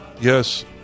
Yes